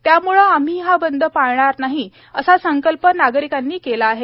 त्याम्ळे आम्ही हा बंद पाळणार नाही असा संकल्प नागरिकांनी केला आहे